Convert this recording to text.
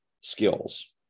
skills